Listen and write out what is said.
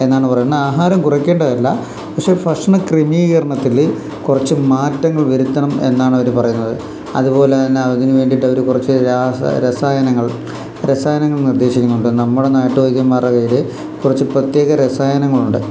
എന്നാണു പറയുന്നത് ആഹാരം കുറയ്ക്കേണ്ടതല്ല പക്ഷേ ഭക്ഷണ ക്രിമീകരണത്തില് കുറച്ചു മാറ്റങ്ങൾ വരുത്തണം എന്നാണ് അവര് പറയുന്നത് അതുപോലെ തന്നെ അതിനു വേണ്ടിയിട്ട് അവര് കുറച്ചു രസായനങ്ങൾ രസായനങ്ങൾ നിർദ്ദേശിക്കുന്നുണ്ട് നമ്മുടെ നാട്ടു വൈദ്യന്മാരുടെ കയ്യില് കുറച്ചു പ്രത്യേക രസായനങ്ങളുണ്ട്